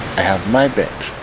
i have my bench